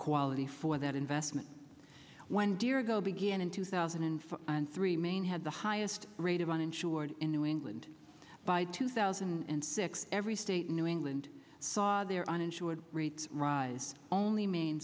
quality for that investment when deer go began in two thousand and three main had the highest rate of uninsured in new england by two thousand and six every state in new england saw their uninsured rates rise only m